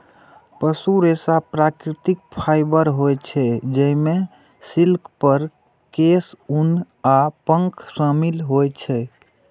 पशु रेशा प्राकृतिक फाइबर होइ छै, जइमे सिल्क, फर, केश, ऊन आ पंख शामिल होइ छै